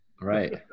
Right